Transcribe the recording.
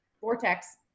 Vortex